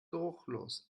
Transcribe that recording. geruchlos